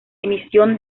emisión